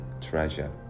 treasure